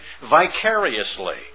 vicariously